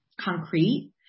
concrete